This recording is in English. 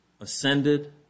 ascended